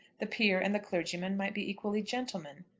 the peer and the clergyman might be equally gentlemen.